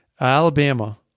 Alabama